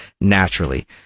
naturally